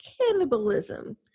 cannibalism